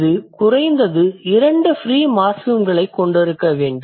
இது குறைந்தது இரண்டு ஃப்ரீ மார்ஃபிம்களைக் கொண்டிருக்க வேண்டும்